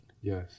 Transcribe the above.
Yes